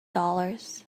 dollars